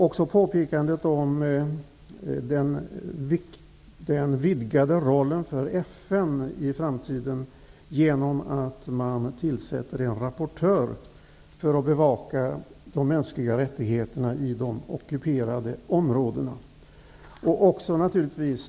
Även påpekandet om den i framtiden vidgade rollen för FN, genom att en rapportör tillsätts för att bevaka de mänskliga rättigheterna i de ockuperade områdena, är bra.